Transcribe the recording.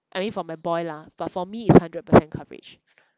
I mean for my boy lah but for me it's hundred percent coverage